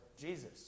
Jesus